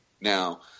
now